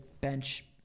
bench